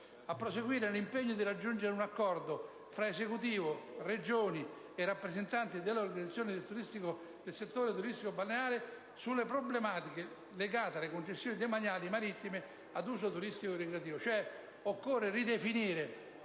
«a proseguire nell'impegno di raggiungere un accordo tra Esecutivo, Regioni e rappresentanti delle organizzazioni del settore turistico-balneare sulle problematiche legate alle concessioni demaniali marittime ad uso turistico-ricreativo,